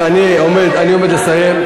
אני עומד לסיים.